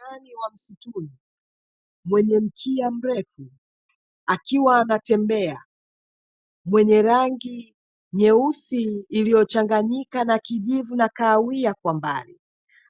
Nyani wa msituni mwenye mkia mrefu akiwa anatembea, mwenye rangi nyeusi iliyo changanyika na kijivu na kahawia kwa mbali,